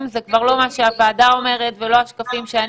ולא על ה-"אם"